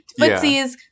Footsies